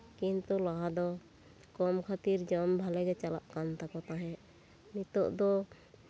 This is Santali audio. ᱠᱤᱱᱛᱩ ᱞᱟᱦᱟ ᱫᱚ ᱠᱚᱢ ᱠᱷᱟᱹᱛᱤᱨ ᱡᱚᱢ ᱵᱷᱟᱞᱮᱜᱮ ᱪᱟᱞᱟᱜ ᱠᱟᱱ ᱛᱟᱠᱚ ᱛᱟᱦᱮᱸᱫ ᱱᱤᱛᱚᱜ ᱫᱚ